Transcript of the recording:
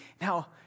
now